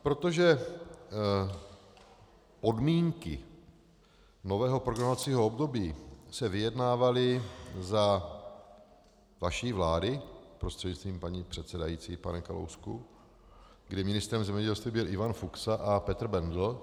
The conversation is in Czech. Protože podmínky nového programovacího období se vyjednávaly za vaší vlády, prostřednictvím paní předsedající pane Kalousku, kdy ministrem zemědělství byl Ivan Fuksa a Petr Bendl.